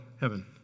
heaven